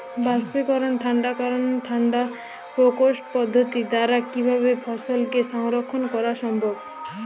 বাষ্পীকরন ঠান্ডা করণ ঠান্ডা প্রকোষ্ঠ পদ্ধতির দ্বারা কিভাবে ফসলকে সংরক্ষণ করা সম্ভব?